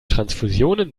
transfusionen